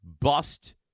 bust